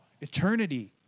eternity